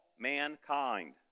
Mankind